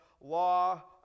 law